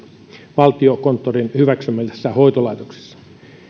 valtiokonttorin hyväksymissä hoitolaitoksissa